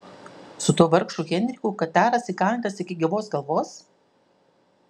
su tuo vargšu henriku kataras įkalintas iki gyvos galvos